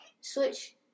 switch